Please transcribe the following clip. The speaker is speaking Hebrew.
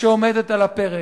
שעומדת על הפרק.